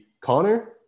Connor